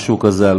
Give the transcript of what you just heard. משהו כזה,